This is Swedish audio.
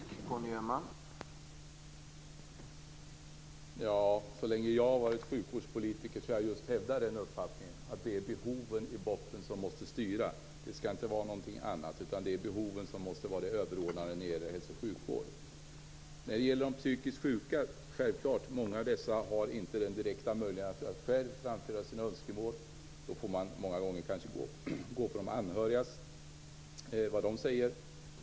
Herr talman! Så länge jag har varit sjukvårdspolitiker har jag just hävdat uppfattningen att det i botten är behoven som måste styra. Det skall inte vara någonting annat. Det är behoven som måste vara det överordnade när det gäller hälso och sjukvård. Självfallet har många av de psykiskt sjuka inte den direkta möjligheten att själva framföra sina önskemål. Då får man många gånger kanske gå på vad de anhöriga säger.